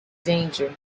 danger